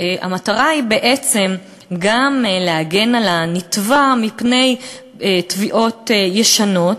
המטרה היא בעצם גם להגן על הנתבע מפני תביעות ישנות,